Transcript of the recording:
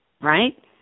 right